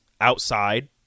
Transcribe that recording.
outside